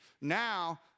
Now